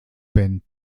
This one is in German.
band